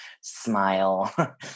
smile